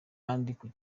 iki